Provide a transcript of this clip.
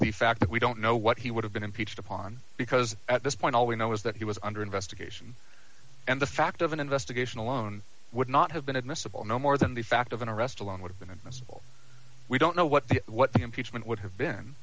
the fact that we don't know what he would have been impeached upon because at this point all we know is that he was under investigation and the fact of an investigation alone would not have been admissible no more than the fact of an arrest along would have been admissible we don't know what the what the impeachment would have been